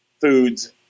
foods